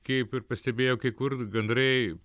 kaip ir pastebėjo kai kur gandrai